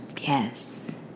Yes